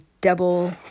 double